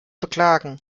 beklagen